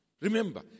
Remember